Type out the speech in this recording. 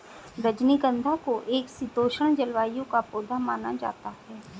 रजनीगंधा को एक शीतोष्ण जलवायु का पौधा माना जाता है